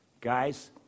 guys